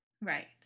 right